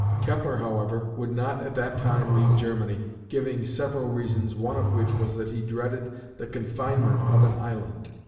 kepler, however, would not at that time leave germany, giving several reasons, one of which was that he dreaded the confinement of an island.